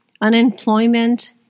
unemployment